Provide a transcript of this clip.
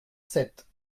sept